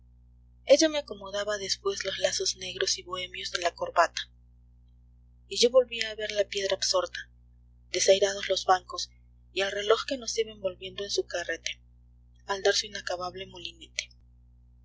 me acomodaba después los lazos negros y bohemios de la corbata y yo volvía a ver la piedra absorta desairados los bancos y el reloj que nos iba envolviendo en su carrete al dar su inacabable molinete